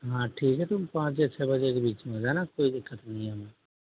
हाँ ठीक है तुम पाँच से छ बजे के बीच में आ जाना कोई दिक्कत नही हैं हमें